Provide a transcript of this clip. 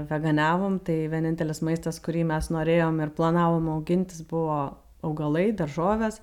veganavom tai vienintelis maistas kurį mes norėjom ir planavom augintis buvo augalai daržovės